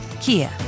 Kia